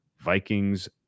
Vikings